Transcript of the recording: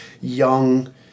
young